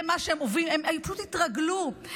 הם פשוט התרגלו,